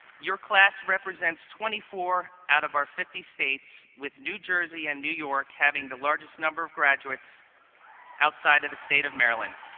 your class represents twenty four out of our fifty states with new jersey and new york having the largest number of graduates outside of the state of maryland.